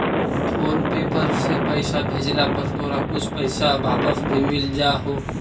phone पे पर से पईसा भेजला पर तोरा कुछ पईसा वापस भी मिल जा हो